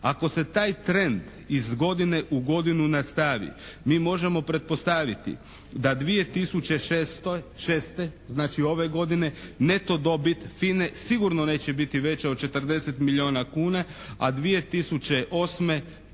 Ako se taj trend iz godine u godinu nastavi mi možemo pretpostaviti da 2006. znači ove godine, neto dobit FINA-e sigurno neće biti veće od 40 milijuna kuna, a 2008.